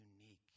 unique